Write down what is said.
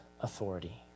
authority